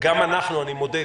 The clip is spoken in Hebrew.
וגם אנחנו אני מודה,